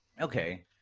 Okay